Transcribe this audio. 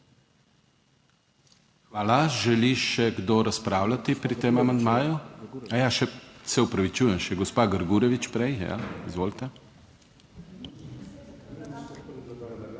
Hvala. Želi še kdo razpravljati pri tem amandmaju? A ja, se opravičujem, še gospa Grgurevič prej, ja, izvolite. **53.